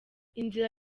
inzira